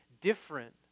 different